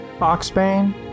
oxbane